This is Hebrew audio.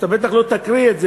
אתה בטח לא תקריא את זה,